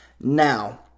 Now